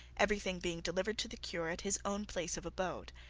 everything being delivered to the cure at his own place of abode.